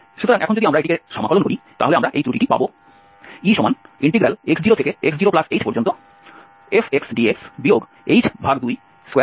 সুতরাং এখন যদি আমরা এটিকে সমাকলন করি তাহলে আমরা এই ত্রুটিটি পাব Ex0x0hfxdx h2fx0f